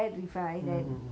mm mm mm